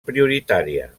prioritària